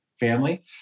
family